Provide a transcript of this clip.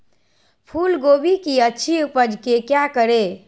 फूलगोभी की अच्छी उपज के क्या करे?